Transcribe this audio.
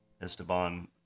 Esteban